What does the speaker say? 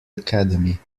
academy